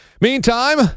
Meantime